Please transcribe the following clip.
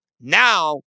Now